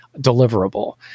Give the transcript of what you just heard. deliverable